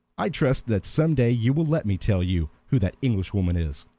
i trust that some day you will let me tell you who that englishwoman is.